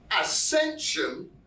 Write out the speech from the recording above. ascension